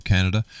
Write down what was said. Canada